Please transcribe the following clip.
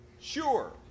sure